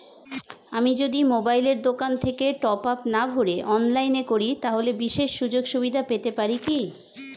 আমি যদি মোবাইলের দোকান থেকে টপআপ না ভরে অনলাইনে করি তাহলে বিশেষ সুযোগসুবিধা পেতে পারি কি?